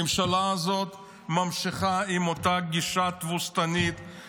הממשלה הזאת ממשיכה עם אותה גישה תבוסתנית,